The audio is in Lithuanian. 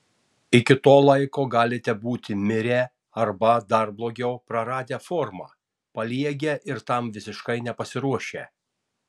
iki to laiko galite būti mirę arba dar blogiau praradę formą paliegę ir tam visiškai nepasiruošę